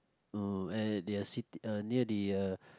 oh eh they are seat uh near the uh